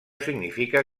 significa